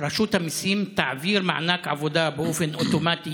רשות המיסים תעביר מענק עבודה באופן אוטומטי